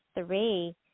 three